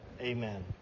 amen